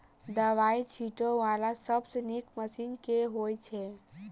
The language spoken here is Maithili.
दवाई छीटै वला सबसँ नीक मशीन केँ होइ छै?